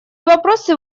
вопросы